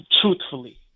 truthfully